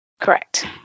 Correct